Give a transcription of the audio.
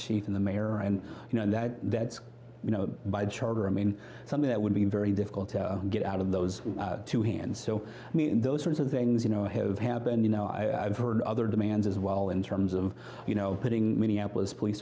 chief and the mayor and you know that that's you know by charter i mean something that would be very difficult to get out of those two hands so i mean those sorts of things you know have happened you know i've heard other demands as well in terms of you know putting minneapolis police